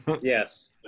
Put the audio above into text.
Yes